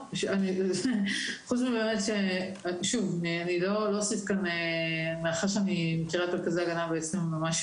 אני מעריכה שאני מכירה את מרכזי ההגנה מאז